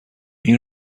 این